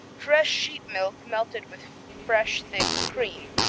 fresh sheep milk melted with fresh thick cream,